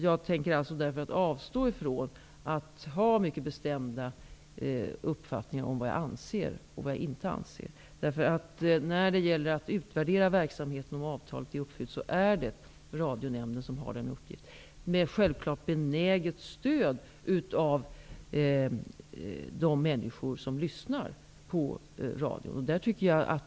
Jag tänker därför avstå från att ha mycket bestämda uppfattningar om vad jag anser och vad jag inte anser. Det är Radionämnden som har till uppgift att utvärdera verksamheten och avgöra om avtalet är uppfyllt. Självfallet skall man ha benäget stöd av de människor som lyssnar på radion.